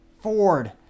Ford